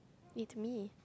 it me